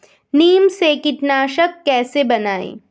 नीम से कीटनाशक कैसे बनाएं?